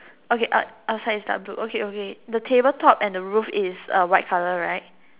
okay out~ outside is dark blue okay okay the table top and the roof is uh white colour right